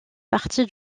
partie